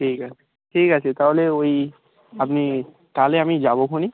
ঠিক আছে ঠিক আছে তাহলে ওই আপনি তাহলে আমি যাবো খনি